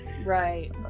right